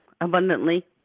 abundantly